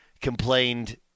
complained